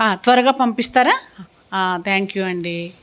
త్వరగా పంపిస్తారా thank you అండి